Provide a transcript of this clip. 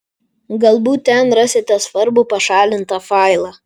galbūt ten rasite svarbų pašalintą failą